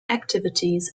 activities